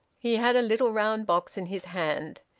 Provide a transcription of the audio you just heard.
he had a little round box in his hand.